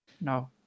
No